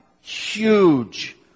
huge